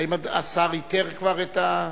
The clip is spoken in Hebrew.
האם השר איתר כבר את,